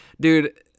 Dude